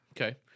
okay